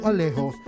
Alejo